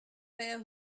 their